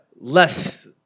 less